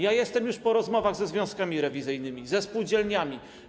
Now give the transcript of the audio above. Jestem już po rozmowach ze związkami rewizyjnymi, ze spółdzielniami.